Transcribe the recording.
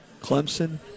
clemson